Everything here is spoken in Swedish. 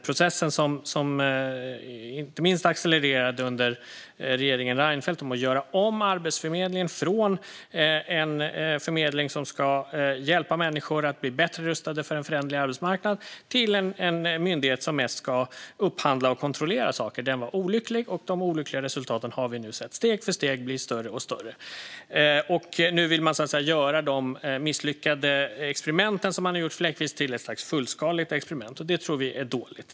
Processen att göra om Arbetsförmedlingen, som accelererade inte minst under regeringen Reinfeldt, från en förmedling som ska hjälpa människor att bli bättre rustade för en föränderlig arbetsmarknad till en myndighet som mest ska upphandla och kontrollera saker var olycklig. De olyckliga resultaten har vi nu sett steg för steg bli allt större. Nu vill man göra de misslyckade fläckvisa experimenten till ett slags fullskaligt experiment. Det tror vi är dåligt.